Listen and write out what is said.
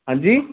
ਹਾਂਜੀ